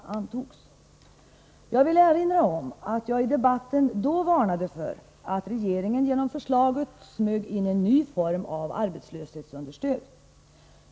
Jag vill erinra om att jag i debatten då varnade för att regeringen genom förslaget smög in en ny form av arbetslöshetsunderstöd.